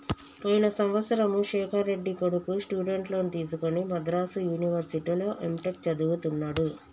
పోయిన సంవత్సరము శేఖర్ రెడ్డి కొడుకు స్టూడెంట్ లోన్ తీసుకుని మద్రాసు యూనివర్సిటీలో ఎంటెక్ చదువుతున్నడు